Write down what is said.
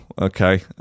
okay